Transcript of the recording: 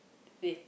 with